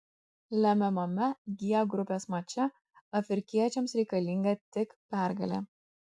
lemiamame g grupės mače afrikiečiams reikalinga tik pergalė